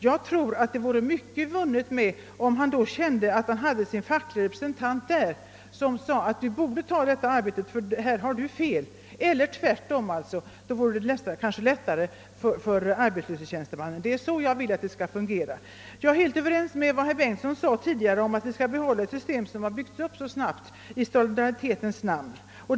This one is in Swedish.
Jag tror att det vore mycket vunnet om den arbetssökande kände att den facklige representanten var närvarande och sade: Du borde ta detta arbete, ty här har du fel. Eller tvärtom! Om den facklige representanten. vore närvarande vore det kanske; lättare även för arbetsförmedlingstjänstemannen. — Det är så jag vill att det hela skall fungera. Jag är helt ense med herr Bengtsson i Varberg, som sade att vi skall behålla ett system som har byggts upp så snabbt i. solidaritetens namn.